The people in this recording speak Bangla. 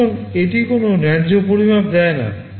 সুতরাং এটি কোনও ন্যায্য পরিমাপ দেয় না